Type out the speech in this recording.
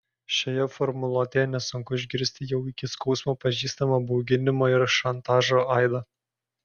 šioje formuluotėje nesunku išgirsti jau iki skausmo pažįstamą bauginimo ir šantažo aidą